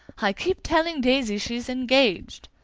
i keep telling daisy she's engaged!